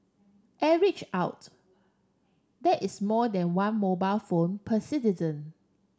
average out that is more than one mobile phone per citizen